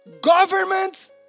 Government